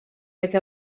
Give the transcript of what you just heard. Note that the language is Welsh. iddo